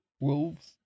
Wolves